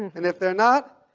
and if they're not,